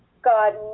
God